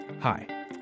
Hi